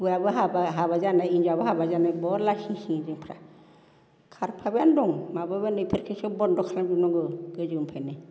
हौवाबो हाबा हाबा जानाय हिनजावबो हाबा जानाय बर लासिंसिं जोंफ्रा खारफाबायानो दं माबाबानो इफोरखोसो बनद खालाम जोबनांगौ गोजौनिफायनो